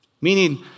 Meaning